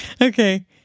Okay